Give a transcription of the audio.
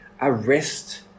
arrest